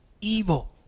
evil